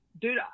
dude